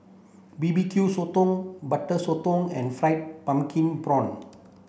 B B Q sotong butter sotong and fried pumpkin prawn